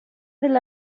del